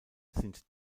sind